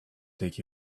take